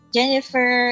Jennifer